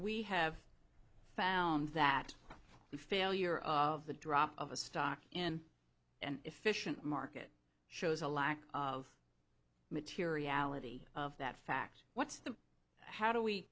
we have found that the failure of the drop of a stock in an efficient market shows a lack of materiality of that fact what's the how do we